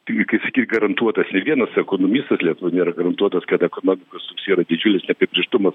t kaip sakyt garantuotas nė vienas ekonomistas lietuvoj nėra garantuotas kad ekonomikos toks yra didžiulis neapibrėžtumas